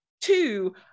Two